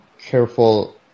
careful